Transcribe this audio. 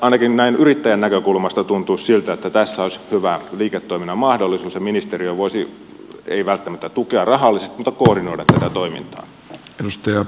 ainakin näin yrittäjän näkökulmasta tuntuisi siltä että tässä olisi hyvä liiketoiminnan mahdollisuus ja ministeriö voisi ei välttämättä tukea rahallisesti mutta koordinoida tätä toimintaa